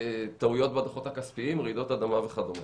מטעויות בדוחות הכספיים או רעידות אדמה וכדומה.